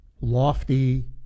lofty